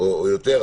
או יותר,